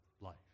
life